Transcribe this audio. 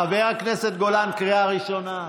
חבר הכנסת גולן, קריאה ראשונה.